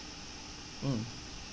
mm